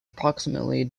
approximately